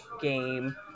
game